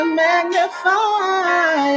magnify